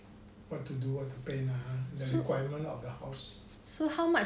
what to do what to paint lah ha requirement of the house